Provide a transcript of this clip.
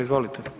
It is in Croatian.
Izvolite.